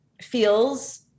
feels